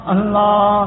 Allah